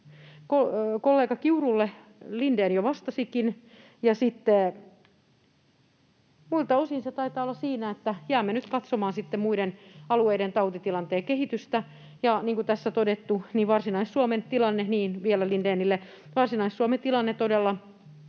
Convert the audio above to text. Kollega Kiurulle Lindén jo vastasikin. Sitten muilta osin se taitaa olla siinä, että jäämme nyt katsomaan muiden alueiden tautitilanteen kehitystä, ja niin kuin tässä on todettu, Varsinais-Suomen tilanne — vielä